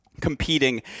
competing